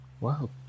Wow